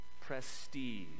prestige